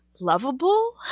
lovable